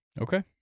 Okay